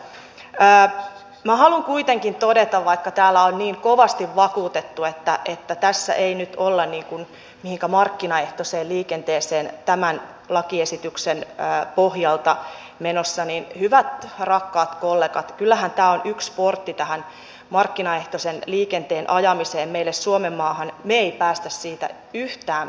minä haluan kuitenkin todeta että vaikka täällä on niin kovasti vakuutettu että tässä ei nyt olla mihinkään markkinaehtoiseen liikenteeseen tämän lakiesityksen pohjalta menossa niin hyvät rakkaat kollegat kyllähän tämä on yksi portti tähän markkinaehtoisen liikenteen ajamiseen meille suomenmaahan me emme pääse siitä yhtään mihinkään